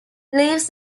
leaves